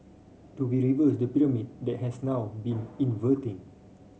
do we reverse the pyramid that has now been inverting